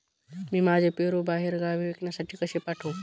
मी माझे पेरू बाहेरगावी विकण्यासाठी कसे पाठवू?